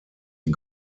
die